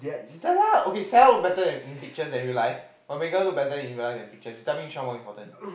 Stella okay Stella look better in pictures than real life but Megan look better in real life than pictures you tell me which one more important